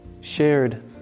shared